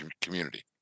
community